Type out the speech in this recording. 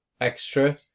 extra